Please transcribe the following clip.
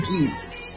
Jesus